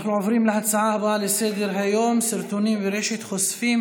נעבור להצעת לסדר-היום בנושא: סרטונים ברשת חושפים